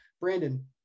brandon